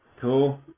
Cool